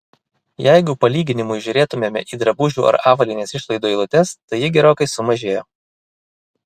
jeigu palyginimui žiūrėtumėme į drabužių ar avalynės išlaidų eilutes tai ji gerokai sumažėjo